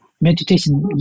Meditation